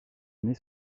année